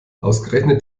ausgerechnet